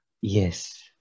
Yes